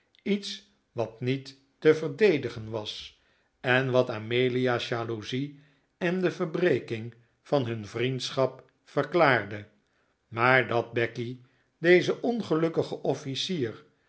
iets wat niet te verdedigen was en wat amelia's jaloezie en de verbreking van hun vriendschap verklaarde maar dat becky dezen ongelukkigen officier